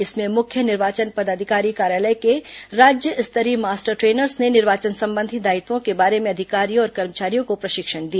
इसमें मुख्य निर्वाचन पदाधिकारी कार्यालय के राज्य स्तरीय मास्टर ट्रेनर्स ने निर्वाचन संबंधी दायित्वों के बारे में अधिकारियों और कर्मचारियों को प्रशिक्षण दिया